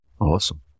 Awesome